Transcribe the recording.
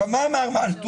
מה אומר מלטוס?